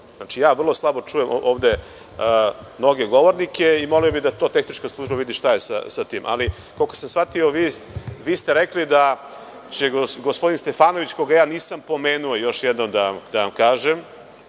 Znači, vrlo slabo čujem ovde mnoge govornike i molio bih da tehnička služba vidi šta je sa tim. Koliko sam shvatio vi ste rekli da će gospodin Stefanović koga ja nisam pomenuo, još jednom da vam kažem,